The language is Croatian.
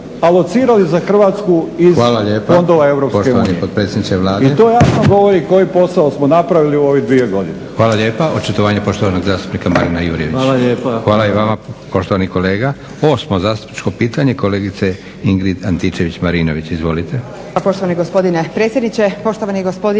Hvala lijepa. Poštovani predsjednik Vlade,